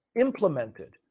implemented